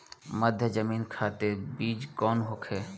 मध्य जमीन खातिर बीज कौन होखे?